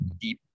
deep